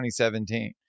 2017